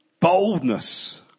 boldness